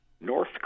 North